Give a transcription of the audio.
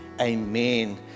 Amen